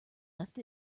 left